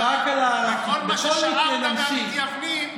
וכל מה ששאבת מהמתייוונים,